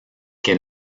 que